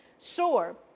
Sure